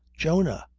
jonah.